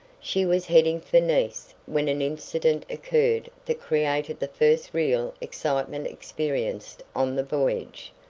she was heading for nice when an incident occurred that created the first real excitement experienced on the voyage.